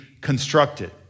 constructed